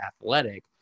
Athletic